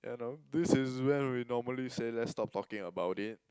ya I know this is when we normally say let's stop talking about it